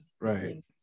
right